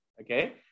okay